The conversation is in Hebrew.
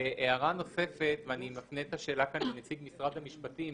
הערה נוספת ואני מפנה את השאלה לנציג משרד המשפטים.